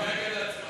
הוא אמר נגד עצמן.